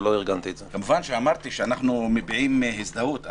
כמובן אמרתי שאנחנו מביעים הזדהות,